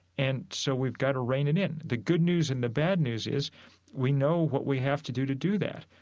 and so we've got to rein it in the good news and the bad news is we know what we have to do to do that.